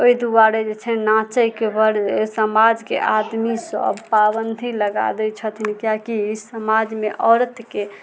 एहि दुआरे जे छै नाचैके वर्ग समाजके आदमी सब पाबन्दी लगा दै छथिन किएकि ई समाजमे औरतके